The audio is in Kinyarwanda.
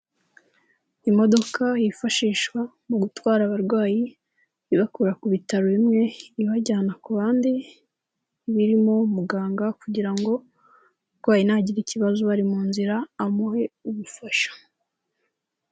Imodoka yifashishwa mu gutwara abarwayi ibakura ku bitaro bimwe ibajyana ku bandi, iba rimo muganga kugira ngo umurwayi nagire ikibazo bari mu nzira amuhe ubufasha.